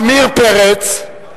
עמיר פרץ,